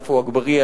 עפו אגבאריה,